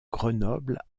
grenoble